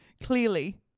clearly